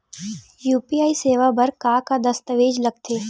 UPI सेवा बर का का दस्तावेज लगथे?